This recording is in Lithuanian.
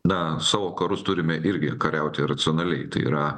na savo karus turime irgi kariauti racionaliai tai yra